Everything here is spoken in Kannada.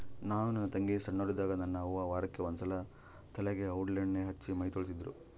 ನಾನು ನನ್ನ ತಂಗಿ ಸೊಣ್ಣೋರಿದ್ದಾಗ ನನ್ನ ಅವ್ವ ವಾರಕ್ಕೆ ಒಂದ್ಸಲ ತಲೆಗೆ ಔಡ್ಲಣ್ಣೆ ಹಚ್ಚಿ ಮೈತೊಳಿತಿದ್ರು